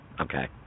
Okay